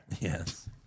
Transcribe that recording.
Yes